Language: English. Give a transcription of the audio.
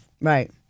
Right